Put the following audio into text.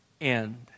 end